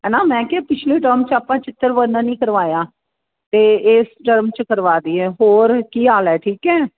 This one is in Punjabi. ਹੈ ਨਾ ਮੈਂ ਕਿਹਾ ਪਿਛਲੇ ਟਰਮ 'ਚ ਆਪਾਂ ਚਿੱਤਰ ਵਰਨਣ ਨਹੀਂ ਕਰਵਾਇਆ ਅਤੇ ਇਸ ਟਰਮ 'ਚ ਕਰਵਾ ਦਈਏ ਹੋਰ ਕੀ ਹਾਲ ਹੈ ਠੀਕ ਹੈ